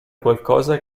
qualcosa